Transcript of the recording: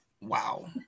Wow